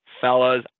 Fellas